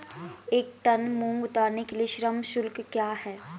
एक टन मूंग उतारने के लिए श्रम शुल्क क्या है?